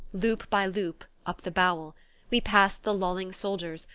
loop by loop, up the bowel we passed the lolling soldiers,